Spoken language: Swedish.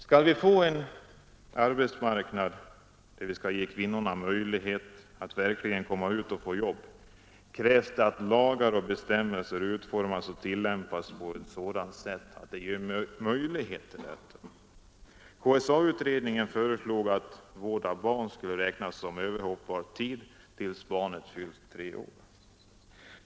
Skall vi få en arbetsmarknad där vi skall kunna ge kvinnorna möjlighet att verkligen komma ut och få jobb, krävs det att lagar och bestämmelser utformas och tillämpas på ett sådant sätt att de ger möjlighet till detta. KSA-utredningen föreslog att vård av barn skulle räknas som överhoppbar tid tills barnet fyllt tre år.